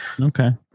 Okay